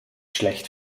schlecht